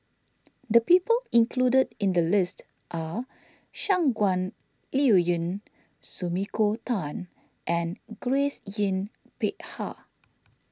the people included in the list are Shangguan Liuyun Sumiko Tan and Grace Yin Peck Ha